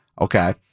okay